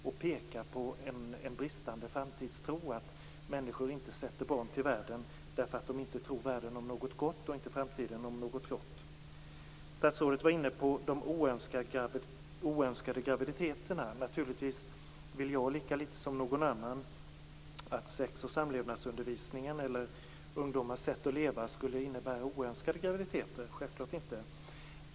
Det pekar på en bristande framtidstro att människor inte sätter barn till världen därför att de inte tror världen och framtiden om något gott. Statsrådet var inne på de oönskade graviditeterna. Naturligtvis vill jag lika lite som någon annan att sexoch samlevnadsundervisningen eller ungdomars sätt att leva skulle innebära oönskade graviditeter. Självklart inte.